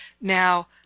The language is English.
Now